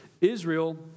Israel